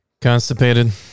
Constipated